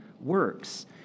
works